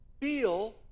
feel